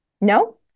No